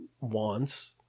wants